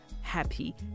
happy